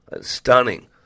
stunning